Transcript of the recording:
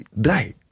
dry